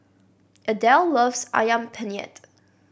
Adelle loves Ayam Penyet